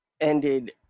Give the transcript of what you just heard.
ended